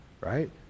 right